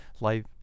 life